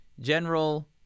general